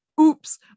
oops